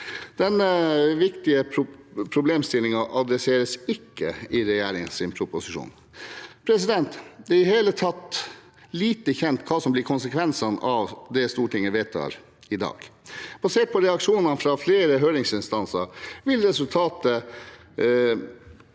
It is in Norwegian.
Denne viktige problemstillingen tas ikke opp i regjeringens proposisjon. Det er i det hele tatt lite kjent hva som blir konsekvensene av det Stortinget vedtar i dag. Basert på reaksjonene fra flere høringsinstanser vil resultatet